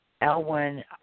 Elwin